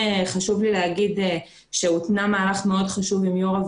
חשוב לי לומר שהותנע מהלך מאוד חשוב עם יושבת ראש